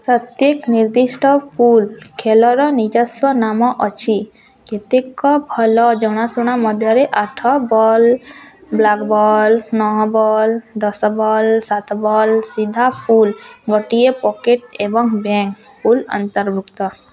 ପ୍ରତ୍ୟେକ ନିର୍ଦ୍ଦିଷ୍ଟ ପୁଲ୍ ଖେଳର ନିଜସ୍ୱ ନାମ ଅଛି କେତେକ ଭଲ ଜଣାଶୁଣା ମଧ୍ୟରେ ଆଠ ବଲ୍ ବ୍ଲାକ ବଲ୍ ନଅ ବଲ୍ ଦଶ ବଲ୍ ସାତ ବଲ୍ ସିଧା ପୁଲ୍ ଗୋଟିଏ ପକେଟ୍ ଏବଂ ବ୍ୟାଙ୍କ ପୁଲ୍ ଅନ୍ତର୍ଭୁକ୍ତ